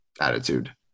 attitude